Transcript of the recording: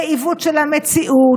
זה עיוות של המציאות,